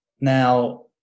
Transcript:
Now